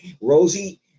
Rosie